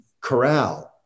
corral